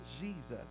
Jesus